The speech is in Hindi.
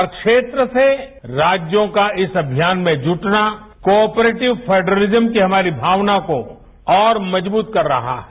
हर क्षेत्र से राज्यों का इस अभियान में जुटना कोपरेटिव फेडरिजन की हमारी भावना को और मजबूत कर रहा है